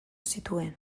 zituen